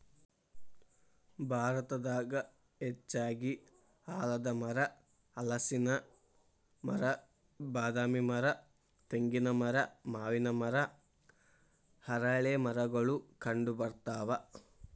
ಭಾರತದಾಗ ಹೆಚ್ಚಾಗಿ ಆಲದಮರ, ಹಲಸಿನ ಮರ, ಬಾದಾಮಿ ಮರ, ತೆಂಗಿನ ಮರ, ಮಾವಿನ ಮರ, ಅರಳೇಮರಗಳು ಕಂಡಬರ್ತಾವ